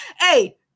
Hey